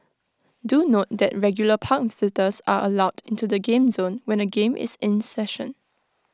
do note that regular park visitors are allowed into the game zone when A game is in session